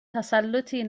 تسلّطی